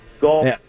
Golf